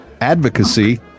advocacy